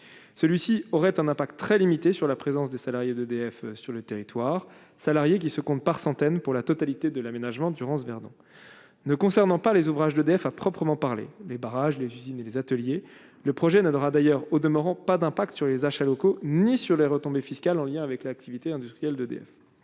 celui-ci aurait un impact très limité sur la présence des salariés d'EDF sur le territoire, salariés qui se comptent par centaines pour la totalité de l'aménagement Durance Verdon ne concernant pas les ouvrages d'EDF à proprement parler, les barrages, les usines et les ateliers, le projet n'droit d'ailleurs, au demeurant pas d'impact sur les achats locaux ni sur les retombées fiscales en lien avec l'activité industrielle d'EDF,